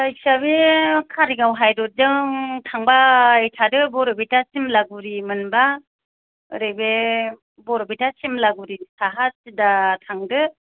जायखिजाया बे कारिगाव हाइ र'दजों थांबाय थादो बरपेटा सिमलागुरि मोनबा ओरै बे बरपेटा सिमलागुरि साहा सिदा थांदो